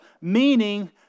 meaning